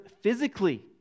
physically